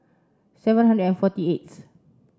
seven hundred and forty eighth